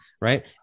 right